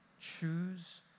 Choose